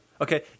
Okay